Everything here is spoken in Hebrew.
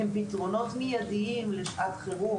אלו פתרונות מידיים לשעת חירום,